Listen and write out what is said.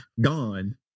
gone